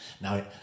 Now